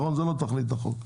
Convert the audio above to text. זה לא תוכנית החוק.